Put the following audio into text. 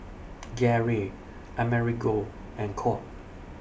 Garey Amerigo and Colt